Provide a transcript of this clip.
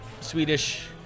Swedish